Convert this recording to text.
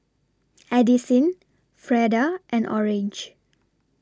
Addisyn Freda and Orange